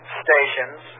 stations